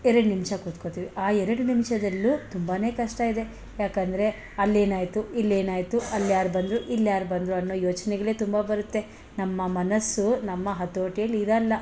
ಎರಡು ನಿಮಿಷ ಕೂತ್ಕೊಳ್ತೀವಿ ಆ ಎರಡು ನಿಮಿಷದಲ್ಲೂ ತುಂಬನೇ ಕಷ್ಟ ಇದೆ ಏಕೆಂದ್ರೆ ಅಲ್ಲೇನಾಯಿತು ಇಲ್ಲೇನಾಯಿತು ಅಲ್ಲಿ ಯಾರು ಬಂದರು ಇಲ್ಲಿ ಯಾರು ಬಂದರು ಅನ್ನೋ ಯೋಚನೆಗಳೇ ತುಂಬ ಬರುತ್ತೆ ನಮ್ಮ ಮನಸ್ಸು ನಮ್ಮ ಹತೋಟಿಯಲ್ಲಿರಲ್ಲ